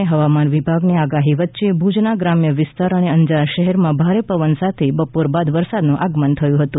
અને હવામાન વિભાની આગાહી વચ્ચે ભુજના ગ્રામ્ય વિસ્તાર અને અંજાર શહેરમાં ભારે પવન સાથે બપોર બાદ વરસાદનું આગમન થયું હતું